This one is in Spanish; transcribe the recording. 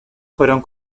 fueron